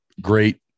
great